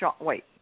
wait